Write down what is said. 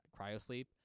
cryosleep